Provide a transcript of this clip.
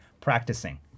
practicing